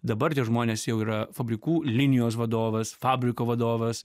dabar tie žmonės jau yra fabrikų linijos vadovas fabriko vadovas